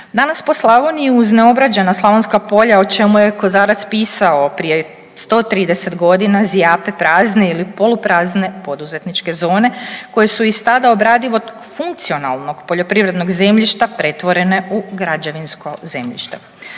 Danas po Slavoniji uz neobrađena slavonska polja o čemu je Kozarac pisao 130 godina zjape prazne ili poluprazne poduzetničke zone koje su iz tada obradivog funkcionalnog poljoprivrednog zemljišta pretvorene u građevinsko zemljište.